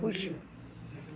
ख़ुशि